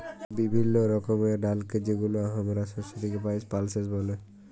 বিভিল্য রকমের ডালকে যেগুলা হামরা শস্য থেক্যে পাই, পালসেস ব্যলে